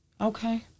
Okay